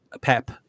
Pep